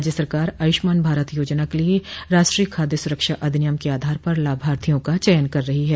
राज्य सरकार आयुष्मान भारत योजना के लिए राष्ट्रीय खाद्य सुरक्षा अधिनियम के आधार पर लाभार्थियों का चयन कर रही है